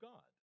God